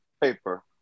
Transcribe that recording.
paper